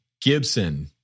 Gibson